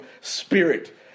spirit